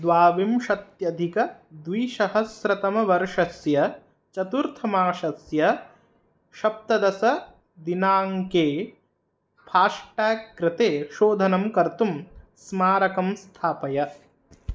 द्वाविंशत्यधिकद्विसहस्रतमवर्षस्य चुतुर्थमासस्य सप्तदसदिनाङ्के फास्टाग् कृते शोधनं कर्तुं स्मारकं स्थापय